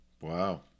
Wow